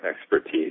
expertise